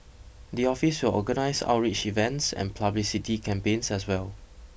the office will organise outreach events and publicity campaigns as well